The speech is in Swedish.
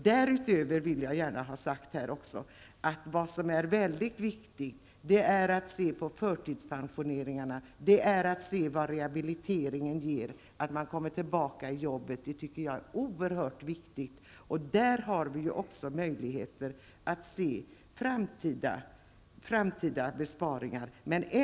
Därutöver vill jag gärna ha sagt att det är mycket viktigt att se på förtidspensioneringarna och vad rehabiliteringen ger så att man kommer tillbaka i jobbet. Det tycker jag är oerhört viktigt. Där har vi också möjlighet att se framtida besparingar.